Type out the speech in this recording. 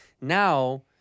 now